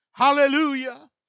Hallelujah